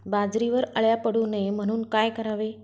बाजरीवर अळ्या पडू नये म्हणून काय करावे?